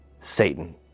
satan